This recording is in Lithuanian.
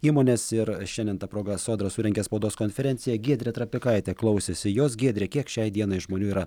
įmonės ir šiandien ta proga sodra surengė spaudos konferenciją giedrė trapikaitė klausėsi jos giedre kiek šiai dienai žmonių yra